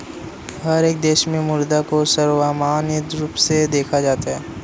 हर एक देश में मुद्रा को सर्वमान्य रूप से देखा जाता है